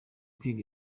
kwiga